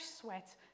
sweat